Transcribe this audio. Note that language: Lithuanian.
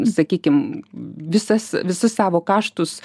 sakykim visas visus savo kaštus